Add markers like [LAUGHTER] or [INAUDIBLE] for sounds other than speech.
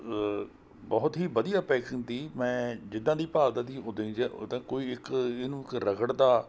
ਬਹੁਤ ਹੀ ਵਧੀਆ ਪੈਕਿੰਗ ਤੀ ਮੈਂ ਜਿੱਦਾਂ ਦੀ ਭਾਲ਼ ਦਾ ਤੀ ਉੱਦਾਂ ਦੀ [UNINTELLIGIBLE] ਕੋਈ ਇੱਕ ਇਹਨੂੰ ਇੱਕ ਰਗੜਦਾ